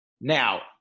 Now